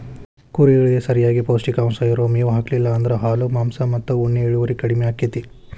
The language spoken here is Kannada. ಕುರಿಗಳಿಗೆ ಸರಿಯಾಗಿ ಪೌಷ್ಟಿಕಾಂಶ ಇರೋ ಮೇವ್ ಹಾಕ್ಲಿಲ್ಲ ಅಂದ್ರ ಹಾಲು ಮಾಂಸ ಮತ್ತ ಉಣ್ಣೆ ಇಳುವರಿ ಕಡಿಮಿ ಆಕ್ಕೆತಿ